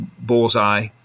bullseye